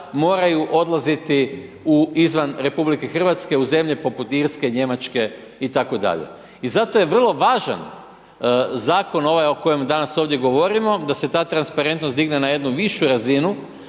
moraju odlaziti izvan RH u zemlje poput Irske, Njemačke itd.. I zato je vrlo važan zakon ovaj o kojem danas ovdje govorimo da se ta transparentnost digne na jednu višu razinu,